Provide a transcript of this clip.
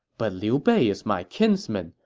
but liu bei is my kinsman.